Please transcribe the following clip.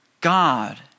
God